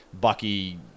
Bucky